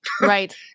right